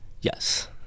Yes